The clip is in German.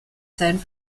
sein